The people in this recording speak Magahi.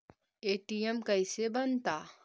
ए.टी.एम कैसे बनता?